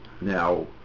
Now